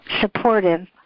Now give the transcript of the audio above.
supportive